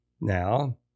Now